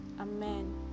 amen